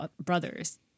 brothers